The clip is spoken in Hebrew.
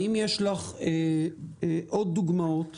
האם יש לך עוד דוגמאות